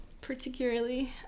particularly